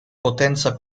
potenza